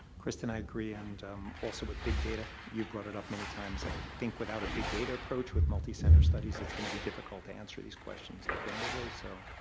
kristen, i agree and um also with big data, you've brought it up many times. i think without a big data approach with multi-center studies it's going to be difficult to answer these questions definitively. so